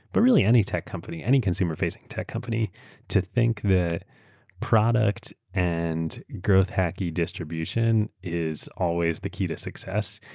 but really any tech company, any consumer facing tech company to think that product and growth hacky distribution is always the key to success.